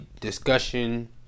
discussion